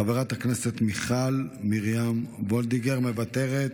חברת הכנסת מיכל מרים וולדיגר, מוותרת.